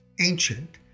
ancient